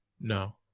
no